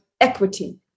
equity